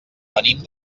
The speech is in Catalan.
venim